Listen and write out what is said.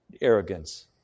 arrogance